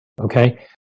okay